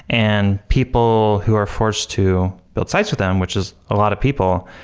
and people who are forced to build sites with them, which is a lot of people,